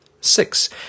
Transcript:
Six